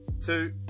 two